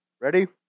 Ready